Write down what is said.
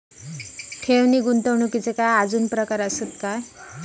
ठेव नी गुंतवणूकचे काय आजुन प्रकार आसत काय?